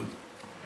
אדוני.